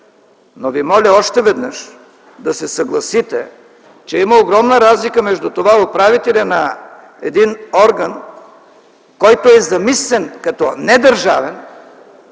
но ви моля още веднъж да се съгласите, че има огромна разлика между това управителят на един орган, който е замислен като недържавен,